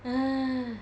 ugh